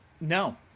No